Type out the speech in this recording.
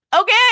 okay